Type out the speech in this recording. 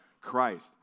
Christ